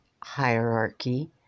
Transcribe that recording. hierarchy